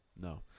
no